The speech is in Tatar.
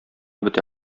бетә